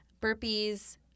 Burpees